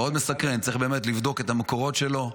מאוד מסקרן, צריך באמת לבדוק את המקורות שלו.